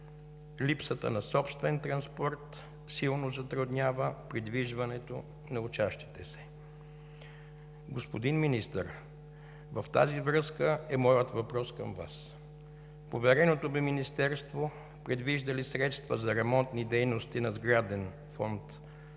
Липсата на собствен транспорт силно затруднява придвижването на учащите се. Господин Министър, в тази връзка е моят въпрос към Вас: повереното Ви Министерство предвижда ли средства за ремонтни дейности на сграден фонд с